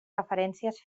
referències